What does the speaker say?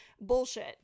bullshit